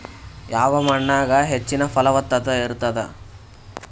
ಯಾವ ಮಣ್ಣಾಗ ಹೆಚ್ಚಿನ ಫಲವತ್ತತ ಇರತ್ತಾದ?